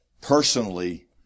personally